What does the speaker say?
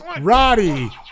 Roddy